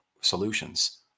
solutions